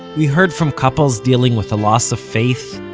we heard from couples dealing with a loss of faith,